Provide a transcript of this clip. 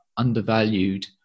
undervalued